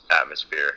atmosphere